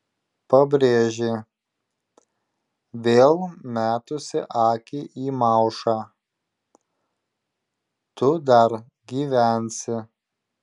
pabrėžė vėl metusi akį į maušą tu dar gyvensi